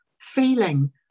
feeling